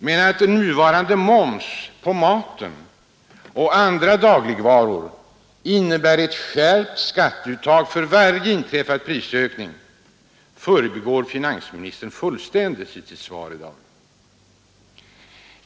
Men att nuvarande moms på maten och andra dagligvaror innebär ett skärpt skatteuttag för varje inträffad prisökning förbigår finansministern fullständigt i sitt svar i dag.